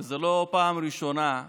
וזו לא פעם ראשונה.